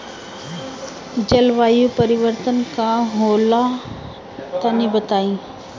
जलवायु परिवर्तन का होला तनी बताई?